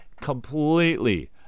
completely